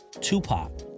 Tupac